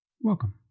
Welcome